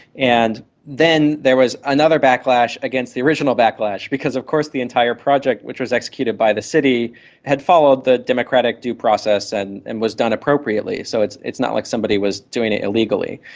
and then there was another backlash against the original backlash because of course the entire project which was executed by the city had followed the democratic due process and and was done appropriately. so it's it's not like somebody was doing it illegally.